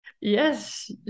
Yes